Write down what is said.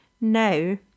now